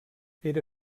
era